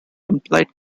implied